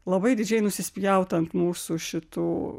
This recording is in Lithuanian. labai didžiai nusispjaut ant mūsų šitų